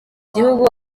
gihugu